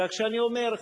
כך שאני אומר,